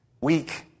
weak